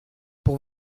pour